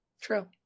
True